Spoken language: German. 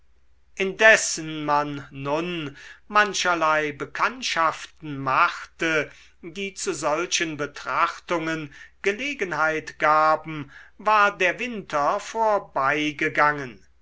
indessen man nun mancherlei bekanntschaften machte die zu solchen betrachtungen gelegenheit gaben war der winter vorbeigegangen